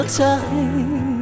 time